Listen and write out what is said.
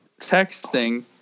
texting